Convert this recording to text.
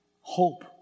Hope